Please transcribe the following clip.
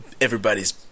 everybody's